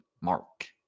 Mark